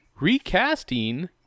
recasting